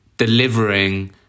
delivering